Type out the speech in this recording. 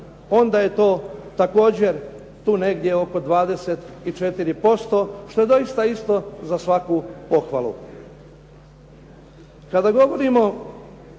onda je to također tu negdje oko 24%, što je doista isto za svaku pohvalu.